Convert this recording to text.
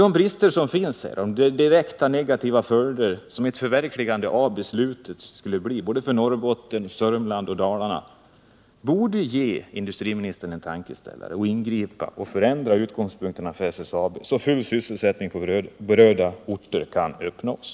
De brister som finns i strukturplanen och de direkta negativa följder som ett förverkligande av beslutet skulle få för Norrbotten, Sörmland och Dalarna borde ge industriministern en tankeställare och påverka honom att ingripa och förändra utgångspunkterna för SSAB, så att full sysselsättning på berörda orter kan uppnås.